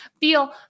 feel